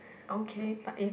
okay